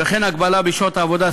וכן הגבלה בשעות העבודה,